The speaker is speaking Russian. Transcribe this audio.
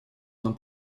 нам